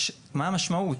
מה המשמעות.